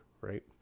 right